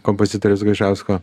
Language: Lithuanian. kompozitoriaus gaižausko